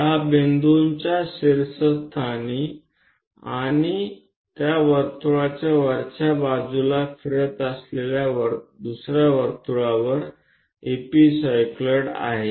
त्या बिंदूच्या शीर्षस्थानी आणि या वर्तुळाच्या वरच्या बाजूला फिरत असलेल्या दुसर्या वर्तुळावर एपिसाइक्लॉईड आहे